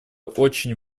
очень